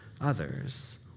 others